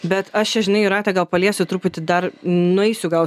bet aš čia žinai jūrate gal paliesiu truputį dar nueisiu gal